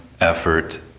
effort